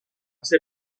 ser